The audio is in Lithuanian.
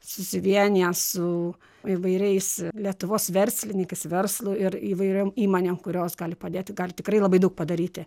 susivienija su įvairiais lietuvos verslininkais verslu ir įvairiom įmonėm kurios gali padėti gali tikrai labai daug padaryti